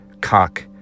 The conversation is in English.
Cock